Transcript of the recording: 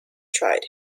tried